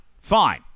Fine